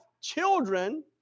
children